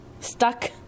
stuck